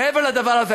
מעבר לדבר הזה,